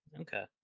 Okay